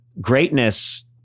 Greatness